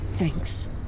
Thanks